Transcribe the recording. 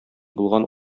булган